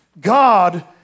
God